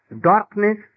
darkness